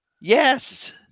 Yes